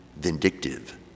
vindictive